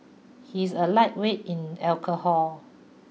he is a lightweight in alcohol